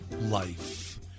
life